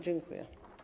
Dziękuję.